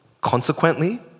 Consequently